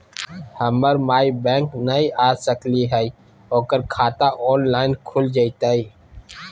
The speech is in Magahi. हमर माई बैंक नई आ सकली हई, ओकर खाता ऑनलाइन खुल जयतई?